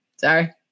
Sorry